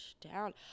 down